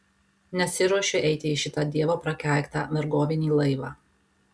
nesiruošiu eiti į šitą dievo prakeiktą vergovinį laivą